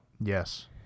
Yes